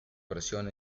versión